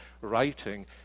writing